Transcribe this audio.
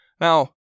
Now